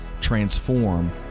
transform